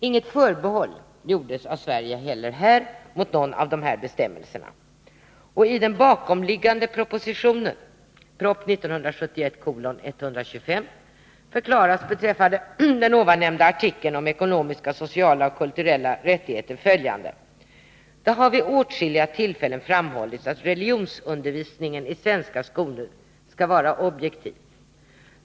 Inget förbehåll gjordes heller här av Sverige mot någon av dessa bestämmelser. I den bakomliggande propositionen — nr 1971:125 — förklaras beträffande den ovannämnda artikeln i konventionen om ekonomiska, sociala och kulturella rättigheter följande: ”Det har vid åtskilliga tillfällen framhållits att religionsundervisningen i svenska skolor skall vara objektiv.